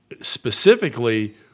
specifically